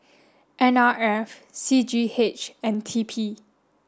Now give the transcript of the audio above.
N R F C G H and T P